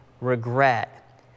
regret